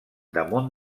damunt